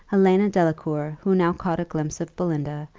helena delacour, who now caught a glimpse of belinda,